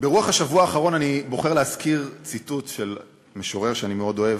ברוח השבוע האחרון אני בוחר להזכיר ציטוט של משורר שאני מאוד אוהב,